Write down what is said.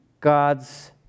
God's